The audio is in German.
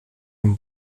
sie